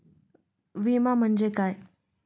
विमा म्हणजे काय?